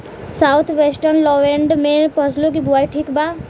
South western lowland में फसलों की बुवाई ठीक बा?